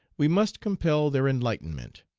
we must compel their enlightenment.